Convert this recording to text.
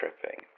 tripping